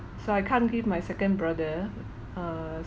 so I can't give my second brother err